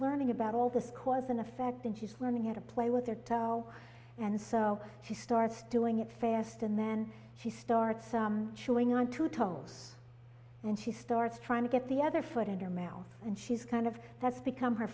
learning about all this cause and effect and she's learning how to play with their tao and so she starts doing it fast and then she starts chewing on two toes and she starts trying to get the other foot in her mouth and she's kind of has become her